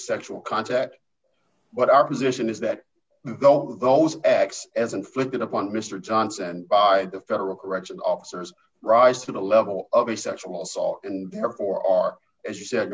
sexual contact but our position is that though those acts as inflicted upon mr johnson by the federal correction officers rise to the level of a sexual assault and therefore are as you said